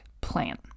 plan